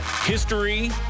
History